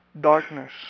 darkness